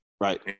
right